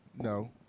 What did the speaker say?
no